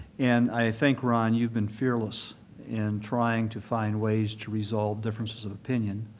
and i think, ron, you've been fearless in trying to find ways to resolve differences of opinion,